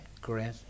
Great